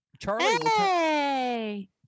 charlie